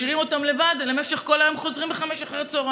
משאירים אותם לבד במשך כל היום וחוזרים ב-17:00.